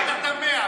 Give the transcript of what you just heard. מה אתה תמה?